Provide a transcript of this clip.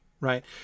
right